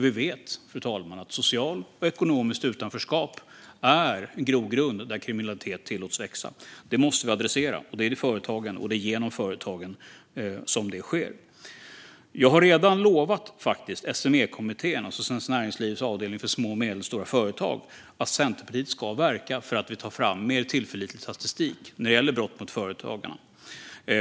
Vi vet att socialt och ekonomiskt utanförskap är en grogrund för kriminalitet. Det måste vi adressera, och det är genom företagen som det sker. Jag har redan lovat SME-kommittén, alltså Svenskt Näringslivs avdelning för små och medelstora företag, att Centerpartiet ska verka för att ta fram mer tillförlitlig statistik när det gäller brott mot företagarna.